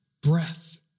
breath